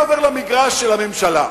אני עובר למגרש של הממשלה,